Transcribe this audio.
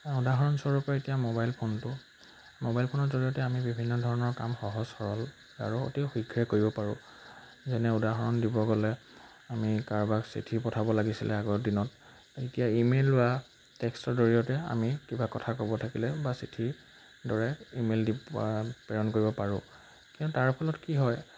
উদাহৰণস্বৰূপে এতিয়া মোবাইল ফোনটো মোবাইল ফোনৰ জৰিয়তে আমি বিভিন্ন ধৰণৰ কাম সহজ সৰল আৰু অতি শীঘ্ৰে কৰিব পাৰোঁ যেনে উদাহৰণ দিব গ'লে আমি কাৰোবাক চিঠি পঠাব লাগিছিলে আগৰ দিনত এতিয়া ইমেইল বা টেক্সটৰ জৰিয়তে আমি কিবা কথা ক'ব থাকিলে বা চিঠিৰ দৰে ইমেইল দি পা প্ৰেৰণ কৰিব পাৰোঁ কিন্তু তাৰ ফলত কি হয়